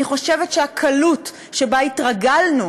אני חושבת שהקלות שבה התרגלנו